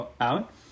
out